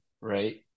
right